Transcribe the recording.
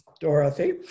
dorothy